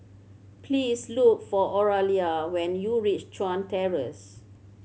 please look for Oralia when you reach Chuan Terrace